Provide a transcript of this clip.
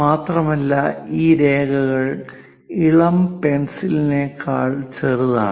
മാത്രമല്ല ഈ രേഖകൾ ഇളം പെൻസിലിനേക്കാൾ ചെറുതാണ്